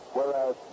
Whereas